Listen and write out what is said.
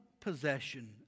possession